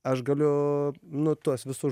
aš galiu nu tuos visus